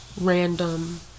random